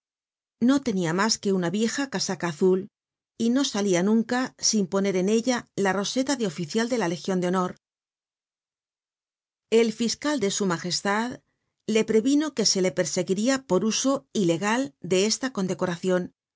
no tenia mas que una vieja casaca azul y no salia nunca sin poner en ella la roseta de oficial de la legion de honor el fis cal de s m le previno que se le perseguirla por uso ilegal de esta condecoracion